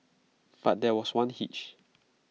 but there was one hitch